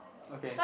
okay